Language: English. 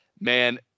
man